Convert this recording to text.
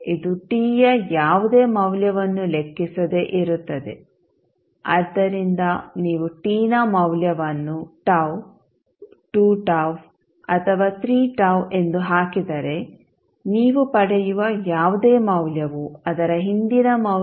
ಆದ್ದರಿಂದ ಇದು ಟಿ ಯ ಯಾವುದೇ ಮೌಲ್ಯವನ್ನು ಲೆಕ್ಕಿಸದೆ ಇರುತ್ತದೆ ಆದ್ದರಿಂದ ನೀವು t ನ ಮೌಲ್ಯವನ್ನು τ 2 τ ಅಥವಾ 3 τ ಎಂದು ಹಾಕಿದರೆ ನೀವು ಪಡೆಯುವ ಯಾವುದೇ ಮೌಲ್ಯವು ಅದರ ಹಿಂದಿನ ಮೌಲ್ಯದ 36